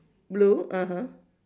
blue (uh huh)